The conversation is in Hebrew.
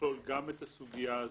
שתכלול גם את הסוגיה הזאת,